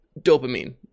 dopamine